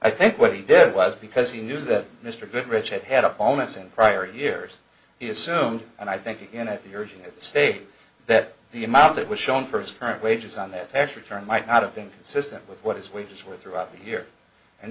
i think what he did was because he knew that mr goodrich had had a bonus in prior years he assumed and i think again at the urging of the state that the amount that was shown for his current wages on that tax return might not have been consistent with what his wages were throughout the year and